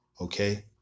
okay